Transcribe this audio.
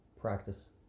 practice